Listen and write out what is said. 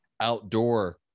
outdoor